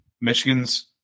Michigan's